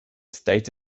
state